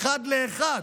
אחד לאחד,